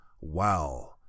Wow